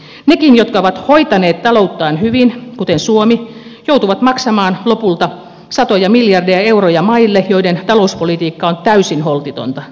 nekin jotka ovat hoitaneet talouttaan hyvin kuten suomi joutuvat maksamaan lopulta satoja miljardeja euroja maille joiden talouspolitiikka on täysin holtitonta